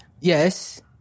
yes